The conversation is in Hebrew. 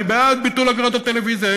אני בעד ביטול אגרת הטלוויזיה,